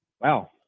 wow